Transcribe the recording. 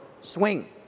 swing